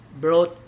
brought